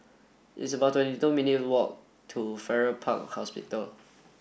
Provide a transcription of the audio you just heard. it's about twenty two minutes' walk to Farrer Park Hospital